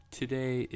today